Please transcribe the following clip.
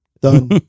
done